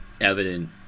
evident